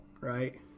right